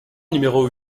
numéro